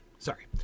Sorry